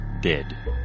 dead